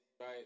right